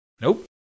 Nope